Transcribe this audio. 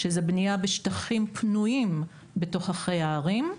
שזה בנייה בשטחים פנויים בתוככי הערים,